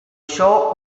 shore